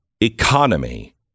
economy